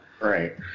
Right